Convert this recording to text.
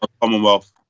Commonwealth